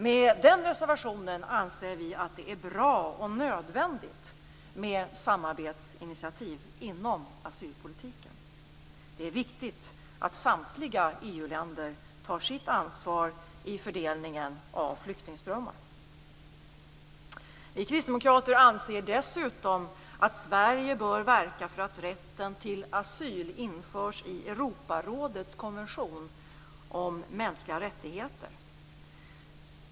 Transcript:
Med den reservationen anser vi att det är bra och nödvändigt med samarbetsinitiativ inom asylpolitiken. Det är viktigt att samtliga EU-länder tar sitt ansvar i fördelningen av flyktingströmmar. Vi kristdemokrater anser att Sverige dessutom bör verka för att rätten till asyl införs i Europarådets konvention om mänskliga rättigheter.